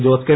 Jose K